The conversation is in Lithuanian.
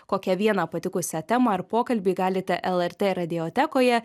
kokią vieną patikusią temą ar pokalbį galite lrt radiotekoje